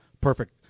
Perfect